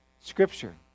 Scripture